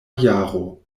jaro